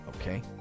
okay